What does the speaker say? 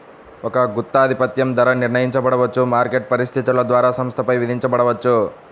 ఒక గుత్తాధిపత్యం ధర నిర్ణయించబడవచ్చు, మార్కెట్ పరిస్థితుల ద్వారా సంస్థపై విధించబడవచ్చు